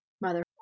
mother